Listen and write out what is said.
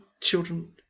children